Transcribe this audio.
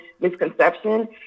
misconception